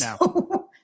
No